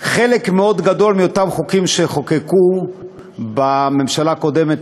חלק מאוד גדול מאותם חוקים שחוקקו בממשלה הקודמת,